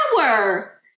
power